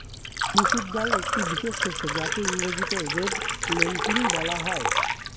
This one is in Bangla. মুসুর ডাল একটি বিশেষ শস্য যাকে ইংরেজিতে রেড লেন্টিল বলা হয়